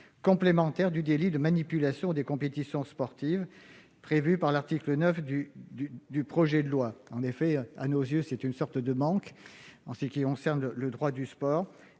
complémentaire du délit de manipulation des compétitions sportives, prévu par l'article 9 du projet de loi. À nos yeux, il s'agit d'une sorte de manque en ce qui concerne le droit du sport.